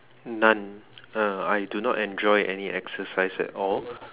none uh I do not enjoy any exercise at all